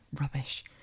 Rubbish